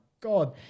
god